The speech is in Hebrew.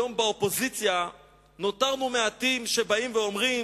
היום באופוזיציה נותרנו מעטים שבאים ואומרים